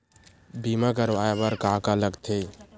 बीमा करवाय बर का का लगथे?